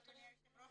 תודה רבה.